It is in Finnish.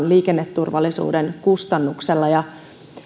liikenneturvallisuuden kustannuksella